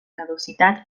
caducitat